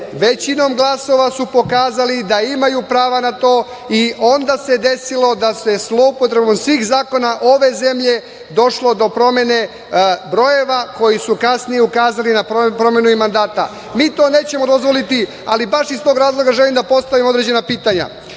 većinom glasova su pokazali da imaju prava na to i onda se desilo da se zloupotrebom svih zakona ove zemlje došlo do promene, brojeva koji su kasnije ukazali na promenu mandata. Mi to nećemo dozvoliti, ali baš iz toga razloga, želim da postavim određena pitanja,